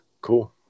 cool